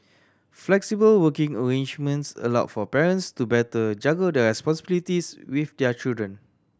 flexible working arrangements allowed for parents to better juggle their responsibilities with their children